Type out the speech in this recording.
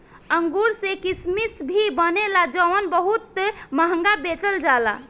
अंगूर से किसमिश भी बनेला जवन बहुत महंगा बेचल जाला